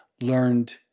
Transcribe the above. learned